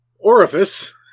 orifice